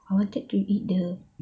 I wanted to eat the